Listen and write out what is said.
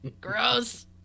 Gross